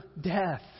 death